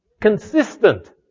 Consistent